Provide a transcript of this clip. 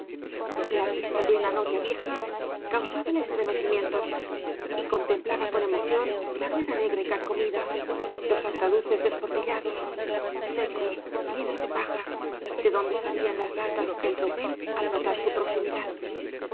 la vista de una noria vieja causábale estremecimientos y contemplaba con emoción la rueda negra y carcomida los arcaduces desportillados secos llenos de paja de donde salían las ratas en tropel al notar su proximidad